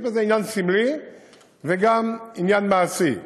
יש בזה עניין סמלי וגם עניין מעשי.